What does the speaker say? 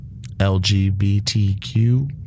LGBTQ